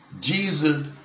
Jesus